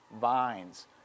vines